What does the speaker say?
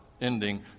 ending